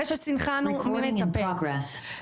אחרי שסנכרנו מי מטפל,